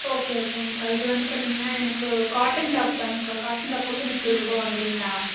okay ஓகேங்க்கா இது வந்து பார்த்தீங்கன்னா எனக்கு காட்டன் டாப்தாங்க்கா காட்டன் டாப்புக்கு முப்பது ருபாய் வாங்குகிறீங்களா